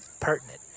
pertinent